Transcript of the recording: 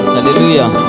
Hallelujah